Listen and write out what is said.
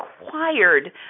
required